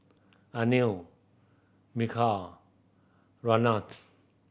Anil Milkha Ramnath